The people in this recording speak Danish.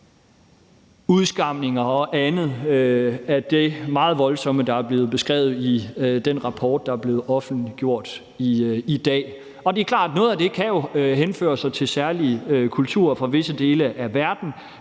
udskamninger og andet af det meget voldsomme, der er blevet beskrevet i den rapport, der er blevet offentliggjort i dag. Og det er klart, at noget af det kan henføres til særlige kulturer fra visse dele af verden.